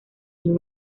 sin